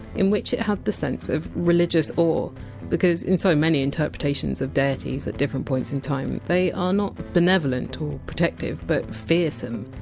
in which it had the sense of religious awe awe because in so many interpretations of deities at different points in time, they are not benevolent and protective, but fearsome,